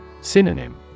Synonym